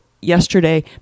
yesterday